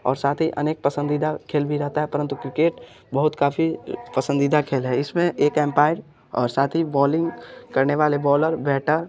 और साथ ही अनेक पसंदीदा खेल भी रहता है परंतु क्रिकेट बहुत काफ़ी पसंदीदा खेल है इसमें एक एम्पायर और साथ ही बॉलिंग करने वाले बॉलर बैटर